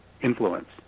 influence